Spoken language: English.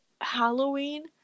Halloween